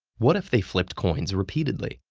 what if they flipped coins repeatedly,